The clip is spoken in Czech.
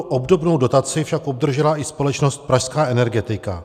Obdobnou dotaci však obdržela i společnost Pražská energetika.